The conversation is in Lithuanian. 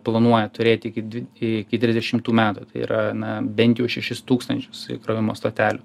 planuoja turėti iki dvi iki trisdešimtų metų tai yra na bent jau šešis tūkstančius įkrovimo stotelių